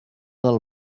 del